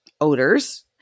odors